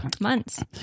months